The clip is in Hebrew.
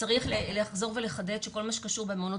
צריך לחזור ולחדד שכל מה שקשור במעונות